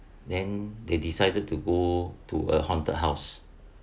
and they decided to go to a haunted house